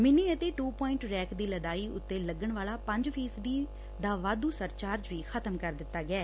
mini ਅਤੇ ਦੋ point ਰੈਂਕ ਦੀ ਲਦਾਈ ਉਤੇ ਲੱਗਣ ਵਾਲ ਪੰਜ ਫ਼ੀਸਦੀ ਦਾ ਵਾਧੁ ਸਰ ਚਾਰਜ ਵੀ ਖ਼ਤਮ ਕਰ ਦਿੱਤਾ ਗਿਐ